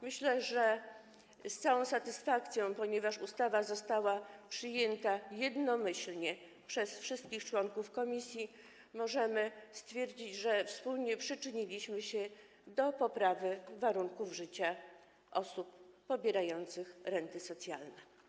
Myślę, że z całą satysfakcją, ponieważ ustawa została przyjęta jednomyślnie przez wszystkich członków komisji, możemy stwierdzić, że wspólnie przyczyniliśmy się do poprawy warunków życia osób pobierających renty socjalne.